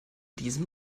diesem